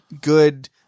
good-